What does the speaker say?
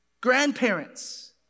grandparents